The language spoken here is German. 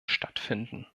stattfinden